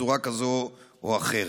בצורה כזאת או אחרת?